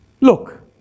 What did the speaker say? Look